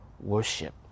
worship